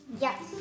Yes